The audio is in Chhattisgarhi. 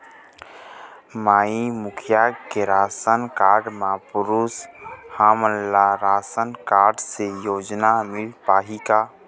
माई मुखिया के राशन कारड म पुरुष हमन ला राशन कारड से योजना मिल पाही का?